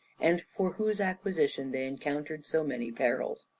and for whose acquisition they encountered so many perils.